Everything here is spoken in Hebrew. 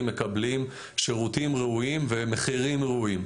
מקבלים שירותים ראויים ומחירים ראויים.